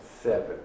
Seven